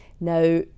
Now